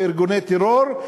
כארגוני טרור,